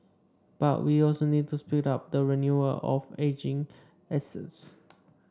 but we also need to speed up the renewal of ageing assets